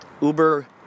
Uber